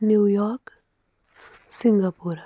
New York Singapore